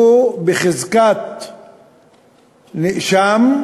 הוא בחזקת נאשם,